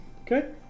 Okay